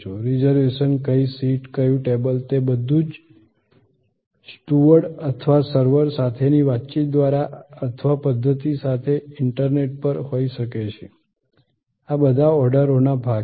reservation કઈ seat કયું table તે બધું જ સ્ટુઅર્ડ અથવા સર્વર સાથેની વાતચીત દ્વારા અથવા પધ્ધતિ સાથે ઇન્ટરનેટ પર હોઈ શકે છે આ બધા ઓર્ડરના ભાગો છે